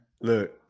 Look